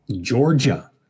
Georgia